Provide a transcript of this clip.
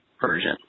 version